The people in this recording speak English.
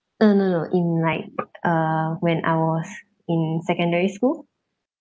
oh no no in like uh when I was in secondary school